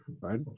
right